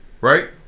Right